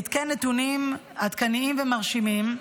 עדכן נתונים עדכניים ומרשימים,